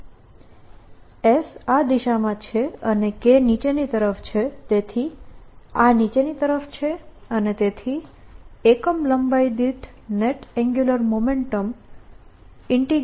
અને S એ આ દિશામાં છે અને K એ નીચેની તરફ છે તેથી આ નીચેની તરફ છે અને તેથી એકમ લંબાઈ દીઠ નેટ એન્ગ્યુલર મોમેન્ટમ ab0K2π